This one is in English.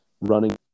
running